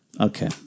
Okay